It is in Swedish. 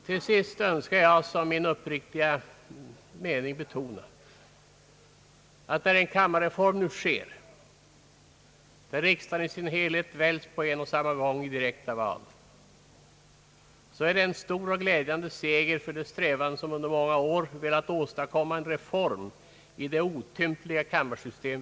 Till sist vill jag som min uppriktiga mening framhålla att när en enkammarreform nu sker och riksdagen i sin helhet skall väljas vid ett och samma tillfälle i direkta val är detta en stor och glädjande seger för de krafter som under många år har velat åstadkomma en reform av vårt nu så otympliga kammarsystem.